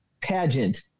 pageant